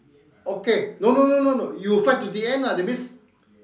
okay no no no no no you fight till the end lah that means